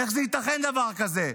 איך זה ייתכן דבר כזה?